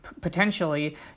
potentially